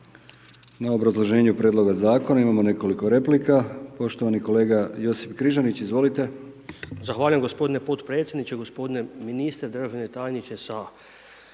na obrazloženju prijedloga zakona. Imamo nekoliko replika. Poštovani kolega Josip Križanić, izvolite. **Križanić, Josip (HDZ)** Zahvaljujem gospodine potpredsjedniče, gospodine ministre, državni tajniče sa